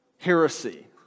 Heresy